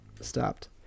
stopped